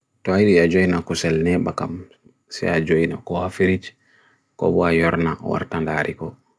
Ñaawde nguurɗi ɗum waɗɓe dow kala fuu, njettani ɗuum ko kulol.